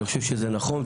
אני חושב שזה נכון,